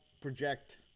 project